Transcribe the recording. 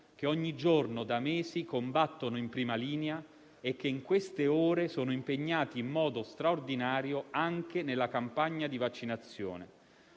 che ogni giorno da mesi combattono in prima linea e che in queste ore sono impegnati in modo straordinario anche nella campagna di vaccinazione.